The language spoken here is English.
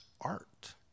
art